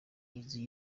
inzu